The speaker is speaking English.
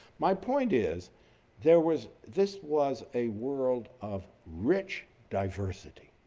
my point is there was this was a world of rich diversity,